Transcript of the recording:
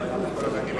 חברי חברי